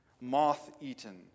moth-eaten